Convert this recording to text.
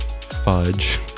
fudge